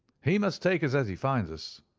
he must take us as he finds us.